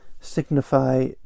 signify